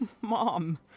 Mom